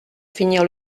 finir